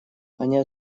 они